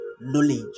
knowledge